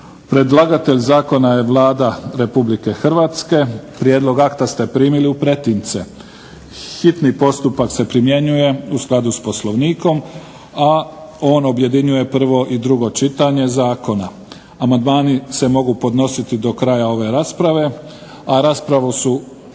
Predlagatelj je Vlada Republike Hrvatske. Prijedlog akta ste primili u pretince. Hitni postupak se primjenjuje u skladu sa Poslovnikom a on objedinjuje prvo i drugo čitanje zakona. Amandmani se mogu podnositi do kraja ove rasprave, a raspravu su